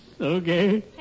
okay